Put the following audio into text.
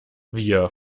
wir